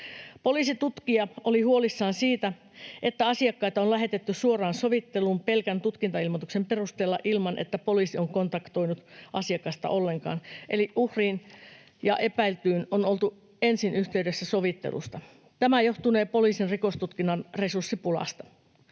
Poliisitutkija oli huolissaan siitä, että asiakkaita on lähetetty suoraan sovitteluun pelkän tutkintailmoituksen perusteella, ilman että poliisi on kontaktoinut asiakasta ollenkaan, eli uhriin ja epäiltyyn on oltu ensin yhteydessä sovittelusta. Tämä johtunee poliisin rikostutkinnan resurssipulasta.